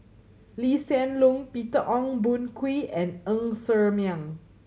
Lee Hsien Loong Peter Ong Boon Kwee and Ng Ser Miang